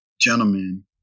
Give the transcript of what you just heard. gentlemen